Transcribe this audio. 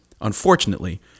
Unfortunately